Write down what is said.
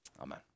amen